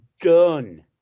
done